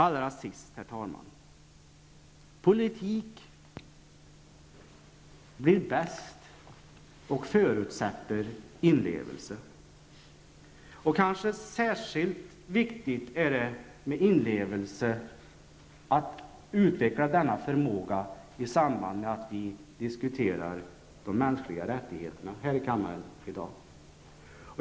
Politik blir bäst av och förutsätter inlevelse. Kanske särskilt viktigt är det att utveckla förmågan till inlevelse i samband med att vi i dag diskuterar de mänskliga rättigheterna här i kammaren.